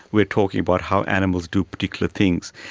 we are talking about how animals do particular things.